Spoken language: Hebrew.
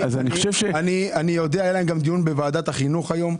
היה להם גם דיון בוועדת החינוך היום.